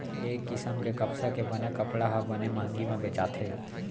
ए किसम के कपसा के बने कपड़ा ह बने मंहगी म बेचाथे